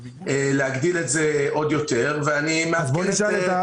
להגדיל את זה עוד יותר ואני מעדכן את אחינו,